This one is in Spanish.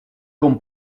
con